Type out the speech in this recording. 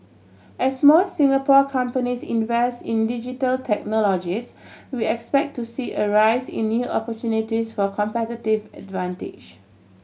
as more Singapore companies invest in Digital Technologies we expect to see a rise in new opportunities for competitive advantage